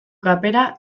kapera